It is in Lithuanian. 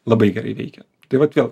labai gerai veikia tai vat vėl